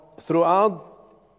throughout